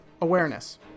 awareness